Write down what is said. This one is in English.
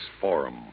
forum